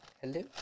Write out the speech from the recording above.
Hello